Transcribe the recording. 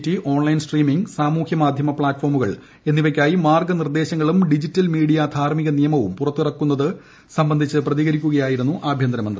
T online streaming സാമൂഹ്യമാധ്യമ പ്ലാറ്റ്ഫോമുകൾ എന്നിവയ്ക്കായി മാർഗ്ഗനിർദ്ദേശങ്ങളും ഡിജിറ്റൽ മീഡിയ ധാർമ്മിക പുറത്തിറക്കുന്നതിന്റെ നിയമവും സംബന്ധിച്ച് പ്രതികരിക്കുകയായിരുന്നു ആഭ്യന്ത്ർമ്ന്തി